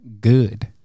good